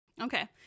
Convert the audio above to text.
Okay